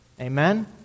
Amen